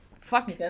fuck